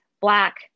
Black